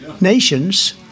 nations